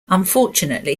unfortunately